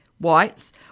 whites